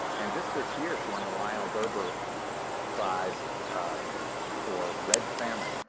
and just this year she won the lionel gelber ah prize for red famine,